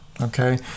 Okay